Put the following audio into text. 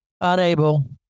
unable